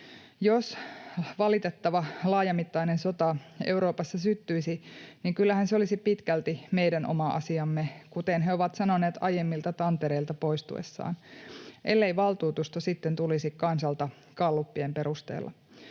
Jos valitettava laajamittainen sota Euroopassa syttyisi, niin kyllähän se olisi pitkälti meidän oma asiamme, kuten he ovat sanoneet aiemmilta tantereilta poistuessaan, ellei valtuutusta sitten tulisi kansalta gallupien perusteella.